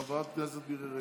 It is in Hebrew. חברת הכנסת מירי רגב.